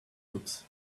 looks